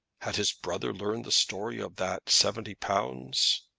had his brother learned the story of that seventy pounds?